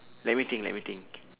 let me think let me think